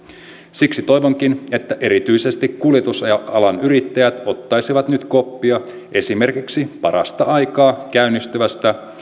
siksi toivonkin että erityisesti kuljetusalan yrittäjät ottaisivat nyt koppia esimerkiksi parasta aikaa käynnistyvästä